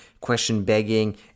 question-begging